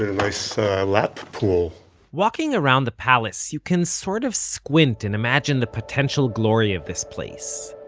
ah nice lap pool walking around the palace, you can sort of squint and imagine the potential glory of this place.